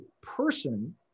person